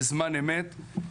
בזמן אמת.